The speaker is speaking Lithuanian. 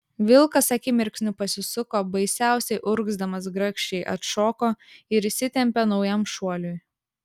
vilkas akimirksniu pasisuko baisiausiai urgzdamas grakščiai atšoko ir įsitempė naujam šuoliui